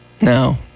No